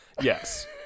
Yes